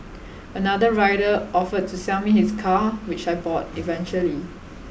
another rider offered to sell me his car which I bought eventually